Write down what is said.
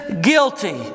guilty